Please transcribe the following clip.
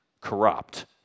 corrupt